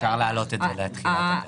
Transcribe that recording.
אפשר להעלות את זה לתחילת הפרק.